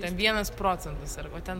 ten vienas procentas ar o ten